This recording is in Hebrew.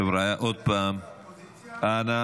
חבריא, עוד פעם, אנא